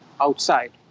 outside